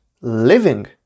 living